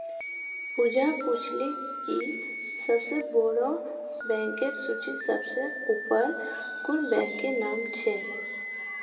पूजा पूछले कि सबसे बोड़ो बैंकेर सूचीत सबसे ऊपर कुं बैंकेर नाम छे